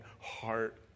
heart